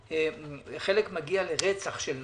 שחלק מגיע לרצח של נשים.